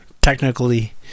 technically